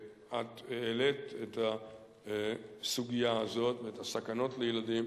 את העלית את הסוגיה הזאת ואת הסכנות לילדים.